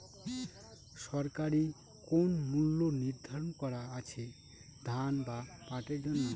সরকারি কোন মূল্য নিধারন করা আছে ধান বা পাটের জন্য?